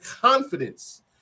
confidence